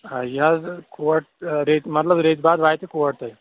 یہِ حظ کوٹ رٮ۪تۍ مطلب رٮ۪تۍ باد واتہِ کوٹ تہِ